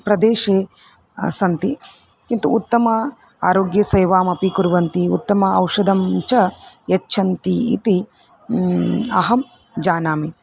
प्रदेशे सन्ति किन्तु उत्तम आरोग्यसेवामपि कुर्वन्ति उत्तम औषधं च यच्छन्ति इति अहं जानामि